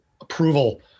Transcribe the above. approval